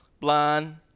blind